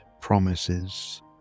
promises